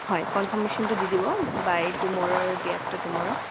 হয় কনফাৰ্মেশ্যনটো দি দিব by tomorrow day after tomorrow